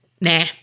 nah